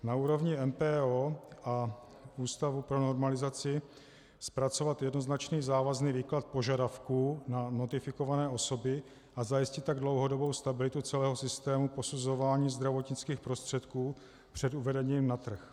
Na úrovni MPO a Ústavu pro normalizaci zpracovat jednoznačný závazný výklad požadavků na notifikované osoby a zajistit tak dlouhodobou stabilitu celého systému posuzování zdravotnických prostředků před uvedením na trh.